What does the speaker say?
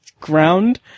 ground